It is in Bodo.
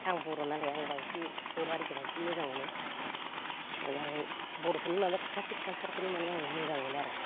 आं बर'नालाय आं बांसिन बर'हारिखो बांसिन मोजां मोनो मानि आं बर'फोरनि माबा क्लासिक कालचारखौनो मोजां मोनो आरो